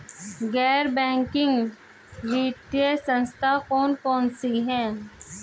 गैर बैंकिंग वित्तीय संस्था कौन कौन सी हैं?